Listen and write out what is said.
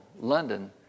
London